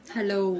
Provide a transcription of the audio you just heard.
Hello